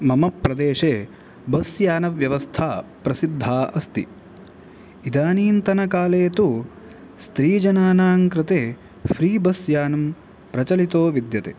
मम प्रदेशे बस् यान व्यवस्था प्रसिद्धा अस्ति इदानीं तन काले तु स्त्रीजनानां कृते फ़्री बस् यानं प्रचलितो विद्यते